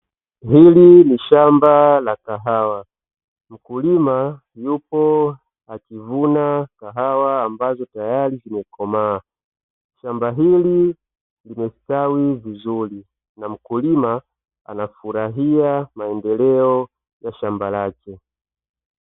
Hili ni shamba la kahawa. Mkulima yupo akivuna kahawa ambazo tayari zimekomaa. Shamba hili limestawi vizuri na mkulima anafurahia maendeleo ya shamba lake.